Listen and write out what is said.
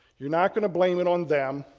you're not going to blame it on them,